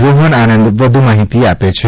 રોહન આનંદ વ્ધ્ માહિતી આપે છે